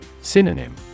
Synonym